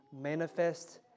manifest